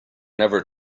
never